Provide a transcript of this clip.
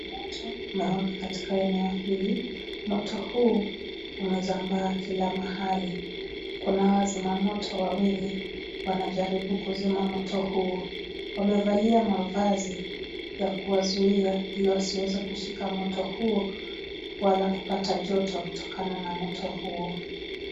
Moto umewaka katika eneo hili. Moto huu umesambaa kila mahali. Kuna wazima moto wawili wanajaribu kuzima moto huo. Wamevalia mavazi ya kuwazuia ili wasiweze kushika moto huo wala kupata joto kutokana na moto huo.